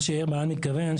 מה שיאיר מעיין מתכוון,